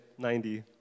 90